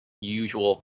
usual